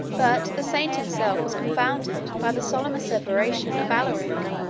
but the saint himself was confounded by the solemn asseveration of alaric,